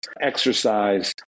exercise